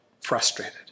frustrated